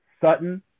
Sutton